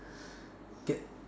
get